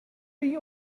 you